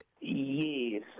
Yes